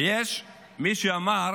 ויש מי שאמר